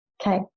Okay